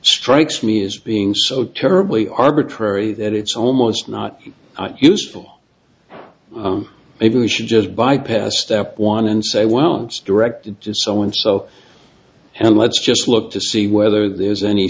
strikes me as being so terribly arbitrary that it's almost not useful maybe we should just bypass step one and say well it's directed to so and so and let's just look to see whether there's any